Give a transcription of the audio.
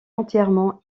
entièrement